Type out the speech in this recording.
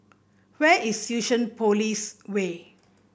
where is Fusionopolis Way